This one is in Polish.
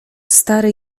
stary